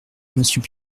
monsieur